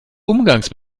umgangs